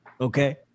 Okay